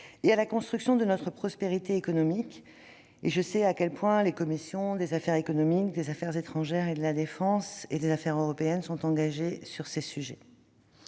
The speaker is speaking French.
et à la construction de notre prospérité économique, et je sais à quel point les commissions des affaires économiques, des affaires étrangères et de la défense et des affaires européennes sont engagées sur ces sujets.